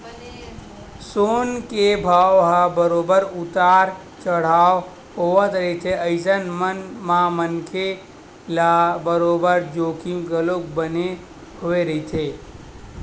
सोना के भाव ह बरोबर उतार चड़हाव होवत रहिथे अइसन म मनखे ल बरोबर जोखिम घलो बने होय रहिथे